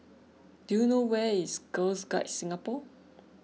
do you know where is Girs Guides Singapore